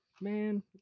Man